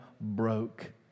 broke